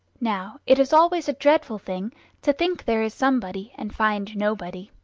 now it is always a dreadful thing to think there is somebody and find nobody.